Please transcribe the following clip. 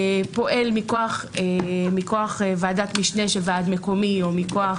פועל מכוח ועדת משנה של ועד מקומי או מכוח